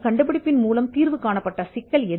கண்டுபிடிப்பு தீர்க்கப்பட்ட பிரச்சினை என்ன